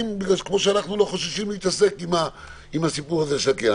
כמו שאנחנו לא חוששים להתעסק עם הסיפור הזה של הקניין.